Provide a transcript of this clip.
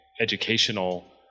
educational